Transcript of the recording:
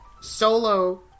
Solo